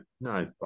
no